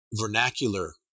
vernacular